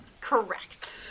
Correct